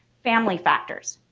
family factors.